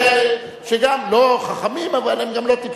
יש כאלה שהם לא חכמים, אבל הם גם לא טיפשים.